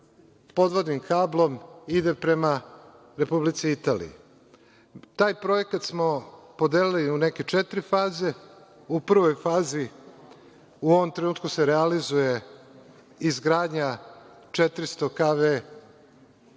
podvodnim kablom ide prema Republici Italiji. Taj projekat smo podelili u neke četiri faze. U prvoj fazi u ovom trenutku se realizuje izgradnja 400 kv